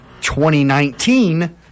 2019